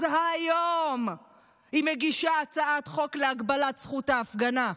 אז היום היא מגישה הצעת חוק להגבלת זכות ההפגנה.